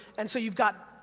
and so you've got,